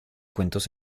cuentos